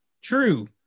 True